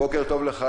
בוקר טוב לך,